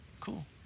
Cool